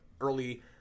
early